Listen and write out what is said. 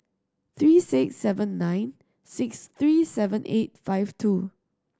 three six seven nine six three seven eight five two